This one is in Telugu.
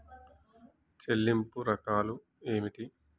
చెల్లింపు రకాలు ఏమిటి?